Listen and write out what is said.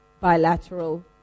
bilateral